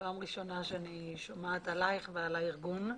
פעם ראשונה שאני שומעת עליך ועל הארגון.